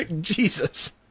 Jesus